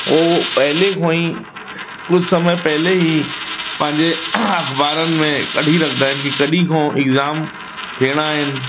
हो पहिरीं खां ई कुझु समय पहिरीं ई पंहिंजे अख़बारनि में कढी रखंदा आहिनि के कॾहिं खां इग़्जाम थियणा आहिनि